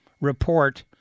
report